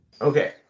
Okay